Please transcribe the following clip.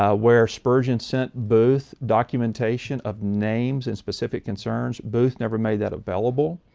ah where spurgeon sent booth documentation of names and specific concerns. booth never made that available.